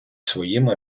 своїми